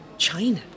China